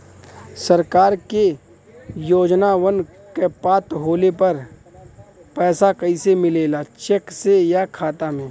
सरकार के योजनावन क पात्र होले पर पैसा कइसे मिले ला चेक से या खाता मे?